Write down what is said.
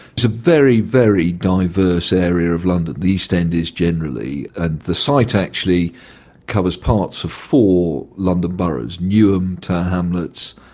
it's a very, very diverse area of london the east end is generally and the site actually covers parts of four london boroughs newham, tower hamlets,